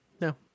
No